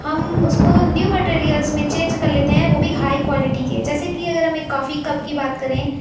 ہم اس کو نیو مٹیریلس میں چینج کر لیتے ہیں وہ بھی ہائی کوالٹی کے جیسے کہ اگر ہم ایک کافی کپ کی بات کریں